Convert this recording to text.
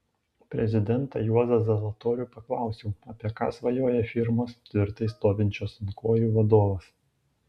prezidentą juozą zalatorių paklausiau apie ką svajoja firmos tvirtai stovinčios ant kojų vadovas